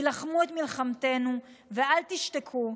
הילחמו את מלחמתנו, ואל תשתקו.